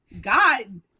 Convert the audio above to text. God